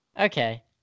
Okay